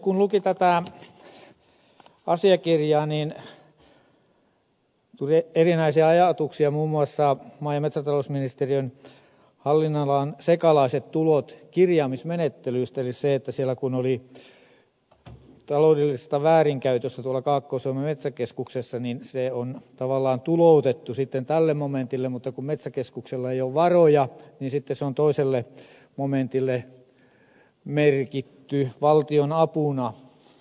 kun luki tätä asiakirjaa niin tuli erinäisiä ajatuksia muun muassa maa ja metsätalousministeriön hallinnonalan sekalaiset tulot kirjaamismenettelystä eli se että siellä kun oli taloudellisesta väärinkäytöstä kaakkois suomen metsäkeskuksessa niin se on tavallaan tuloutettu sitten tälle momentille mutta kun metsäkeskuksella ei ole varoja niin sitten se on toiselle momentille merkitty valtionapuna